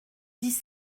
dix